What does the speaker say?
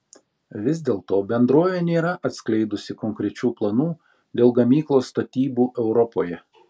vis dėlto bendrovė nėra atskleidusi konkrečių planų dėl gamyklos statybų europoje